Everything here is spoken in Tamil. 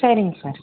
சரிங்க சார்